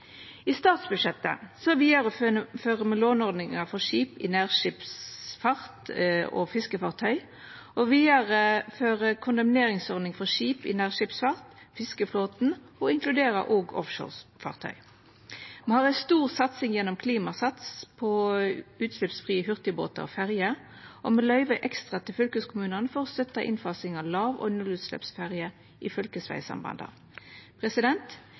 I statsbudsjettet vidarefører me låneordninga for skip i nærskipsfart og fiskefartøy, og me vidarefører kondemneringsordninga for skip i nærskipsfart og fiskeflåten og inkluderer òg offshorefartøy. Me har ei stor satsing gjennom Klimasats på utsleppsfrie hurtigbåtar og ferjer, og me løyver ekstra til fylkeskommunane for å støtta innfasing av lav- og nullutsleppsferjer i fylkesvegsambanda.